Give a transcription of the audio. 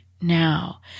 now